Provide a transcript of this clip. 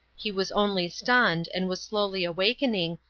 he was only stunned and was slowly awakening,